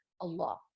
Allah